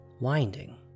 Winding